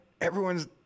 everyone's